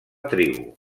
tribu